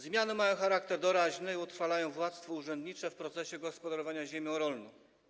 Zmiany mają charakter doraźny i utrwalają władztwo urzędnicze w procesie gospodarowania ziemią rolną.